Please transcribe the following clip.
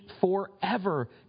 forever